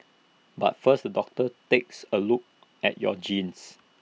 but first the doctor takes A look at your genes